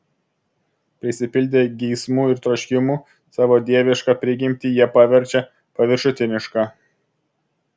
prisipildę geismų ir troškimų savo dievišką prigimtį jie paverčia paviršutiniška